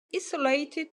isolated